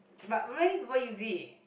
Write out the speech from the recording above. but many people use it